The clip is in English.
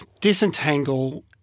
disentangle